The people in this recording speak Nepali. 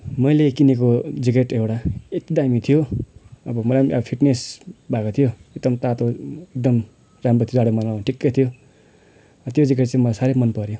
मैले किनेको ज्याकेट एउटा यति दामी थियो अब मलाई पनि अब फिटनेस भएको थियो एकदम तातो एकदम राम्रो थियो जाडोमा लाउन ठिक्क थियो त्यो ज्याकेट चाहिँ मलाई साह्रै मनपर्यो